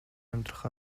амьдрах